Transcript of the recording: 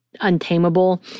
Untamable